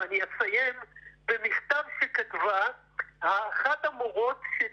אני אסיים במכתב שכתבה אחת המורות של